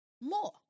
more